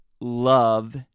love